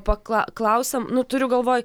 pakla klausiam nu turiu galvoj